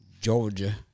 Georgia